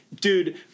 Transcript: dude